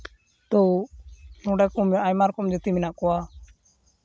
ᱛᱳ ᱱᱚᱸᱰᱮ ᱟᱭᱢᱟ ᱨᱚᱠᱚᱢ ᱡᱟᱹᱛᱤ ᱢᱮᱱᱟᱜ ᱠᱚᱣᱟ